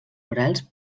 orals